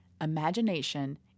Imagination